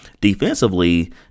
defensively